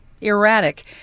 erratic